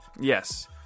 Yes